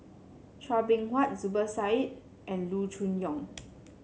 Chua Beng Huat Zubir Said and Loo Choon Yong